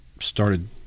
started